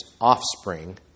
offspring